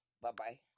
Bye-bye